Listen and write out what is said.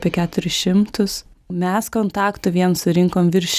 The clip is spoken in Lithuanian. apie keturis šimtus mes kontaktų vien surinkom virš